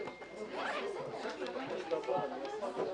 נמנעים, אין הצעת חוק לתיקון פקודת הבנקאות (מס'